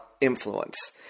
influence